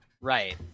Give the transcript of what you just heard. Right